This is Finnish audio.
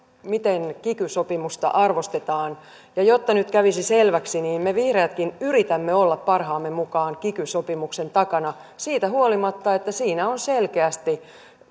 miten kiky sopimusta arvostetaan jotta nyt kävisi selväksi niin me vihreätkin yritämme olla parhaamme mukaan kiky sopimuksen takana siitä huolimatta että siinä on selkeästi